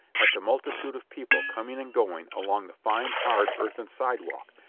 at the multitude of people coming and going along the fine, hard, earthen sidewalk,